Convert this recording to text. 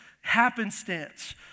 happenstance